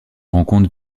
rencontre